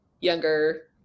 younger